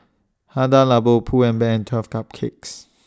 Hada Labo Pull and Bear and twelve Cupcakes